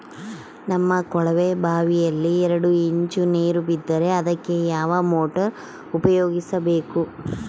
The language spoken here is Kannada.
ನಮ್ಮ ಕೊಳವೆಬಾವಿಯಲ್ಲಿ ಎರಡು ಇಂಚು ನೇರು ಇದ್ದರೆ ಅದಕ್ಕೆ ಯಾವ ಮೋಟಾರ್ ಉಪಯೋಗಿಸಬೇಕು?